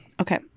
Okay